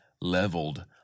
leveled